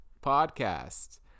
podcast